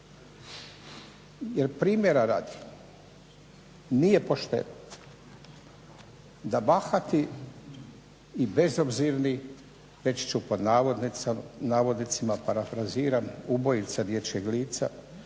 jer primjera radi nije pošteno da bahati i bezobzirni reći ću pod navodnicima parafraziram ubojica dječjeg lica